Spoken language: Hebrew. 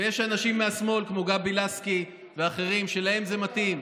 ויש אנשים מהשמאל כמו גבי לסקי ואחרים שלהם זה מתאים.